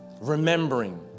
remembering